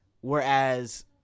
Whereas